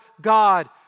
God